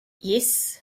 yes